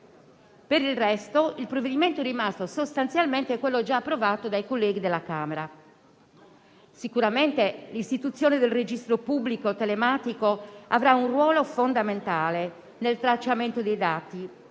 Per il resto, il provvedimento è rimasto sostanzialmente quello già approvato dai colleghi della Camera. Sicuramente l'istituzione del Registro pubblico telematico avrà un ruolo fondamentale nel tracciamento dei dati